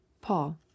Paul